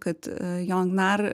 kad jon gnar